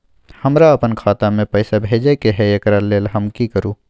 हमरा अपन खाता में पैसा भेजय के है, एकरा लेल हम की करू?